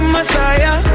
Messiah